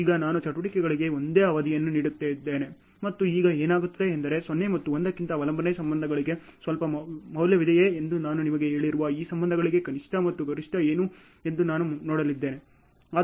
ಈಗ ನಾನು ಚಟುವಟಿಕೆಗಳಿಗೆ ಒಂದೇ ಅವಧಿಯನ್ನು ನೀಡುತ್ತಿದ್ದೇನೆ ಮತ್ತು ಈಗ ಏನಾಗುತ್ತದೆ ಎಂದರೆ 0 ಮತ್ತು 1 ಕ್ಕಿಂತ ಅವಲಂಬನೆ ಸಂಬಂಧಗಳಲ್ಲಿ ಸ್ವಲ್ಪ ಮೌಲ್ಯವಿದೆಯೇ ಎಂದು ನಾನು ನಿಮಗೆ ಹೇಳಿರುವ ಈ ಸಂದರ್ಭಗಳಲ್ಲಿ ಕನಿಷ್ಠ ಮತ್ತು ಗರಿಷ್ಠ ಏನು ಎಂದು ನಾನು ನೋಡಲಿದ್ದೇನೆ